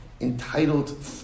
entitled